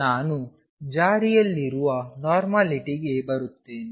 ನಾನು ಜಾರಿಯಲ್ಲಿರುವ ನೋರ್ಮಲಿಟಿಗೆ ಬರುತ್ತೇನೆ